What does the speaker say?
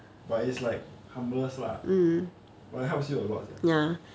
but it's like harmless lah but it helps you a lot sia